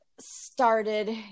started